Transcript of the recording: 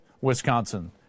Wisconsin